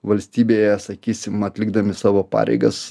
valstybėje sakysim atlikdami savo pareigas